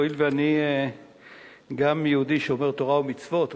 הואיל ואני גם יהודי שומר תורה ומצוות,